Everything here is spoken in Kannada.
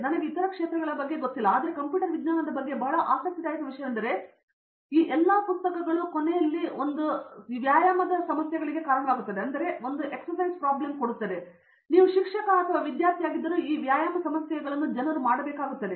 ನನಗೆ ಇತರ ಕ್ಷೇತ್ರಗಳ ಬಗ್ಗೆ ಗೊತ್ತಿಲ್ಲ ಆದರೆ ಕಂಪ್ಯೂಟರ್ ವಿಜ್ಞಾನದ ಬಗ್ಗೆ ಬಹಳ ಆಸಕ್ತಿದಾಯಕ ವಿಷಯವೆಂದರೆ ಈ ಎಲ್ಲಾ ಪುಸ್ತಕಗಳು ಕೊನೆಯಲ್ಲಿ ವ್ಯಾಯಾಮದ ಸಮಸ್ಯೆಗಳಿಗೆ ಕಾರಣವಾಗಿವೆ ಮತ್ತು ನೀವು ಶಿಕ್ಷಕ ಅಥವಾ ವಿದ್ಯಾರ್ಥಿಯಾಗಿದ್ದರೂ ಈ ವ್ಯಾಯಾಮ ಸಮಸ್ಯೆಗಳನ್ನು ಜನರು ಮಾಡಬೇಕಾಗುತ್ತದೆ